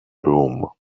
broom